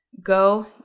go